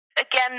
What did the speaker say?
again